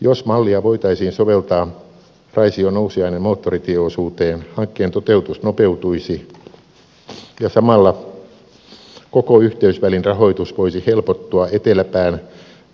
jos mallia voitaisiin soveltaa raisionousiainen moottoritieosuuteen hankkeen toteutus nopeutuisi ja samalla koko yhteysvälin rahoitus voisi helpottua eteläpään